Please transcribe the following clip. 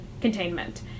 containment